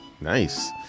Nice